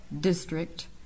district